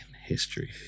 history